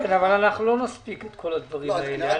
אבל אנחנו לא נספיק את כל הדברים האלה.